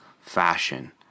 fashion